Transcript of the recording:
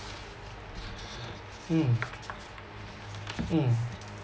mm mm